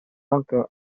molto